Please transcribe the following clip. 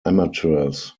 amateurs